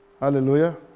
Hallelujah